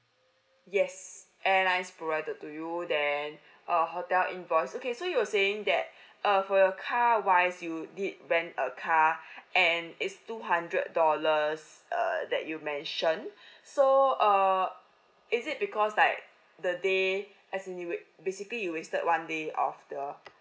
yes airlines provided to you then err hotel invoice okay so you were saying that uh for your car wise you did rent a car and it's two hundred dollars err that you mentioned so uh is it because like the day as in basically you wasted one day of the